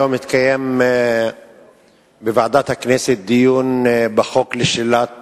היום התקיים בוועדת הכנסת דיון בחוק לשלילת